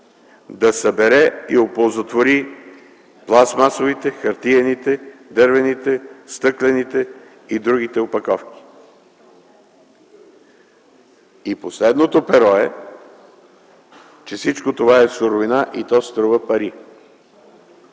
да събере и оползотвори пластмасовите, хартиените, дървените, стъклените и другите опаковки. Последното перо е, че всичко това е суровина и то струва пари.